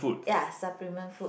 ya supplement food